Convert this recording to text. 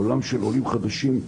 עולם של עולים חדשים,